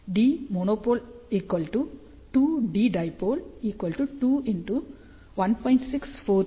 Dமோனோபோல் 2D dipole 2 1